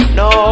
no